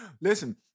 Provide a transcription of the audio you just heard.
Listen